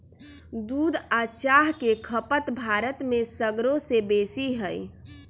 दूध आ चाह के खपत भारत में सगरो से बेशी हइ